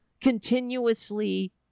continuously